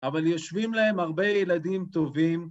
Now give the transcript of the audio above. ‫אבל יושבים להם הרבה ילדים טובים.